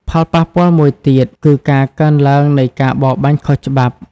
ផលប៉ះពាល់មួយទៀតគឺ ការកើនឡើងនៃការបរបាញ់ខុសច្បាប់។